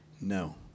No